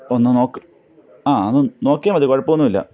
അപ്പോൾ ഒന്ന് നോക്ക് ആ ഒന്ന് നോക്കിയാൽ മതി കുഴപ്പമൊന്നുമില്ല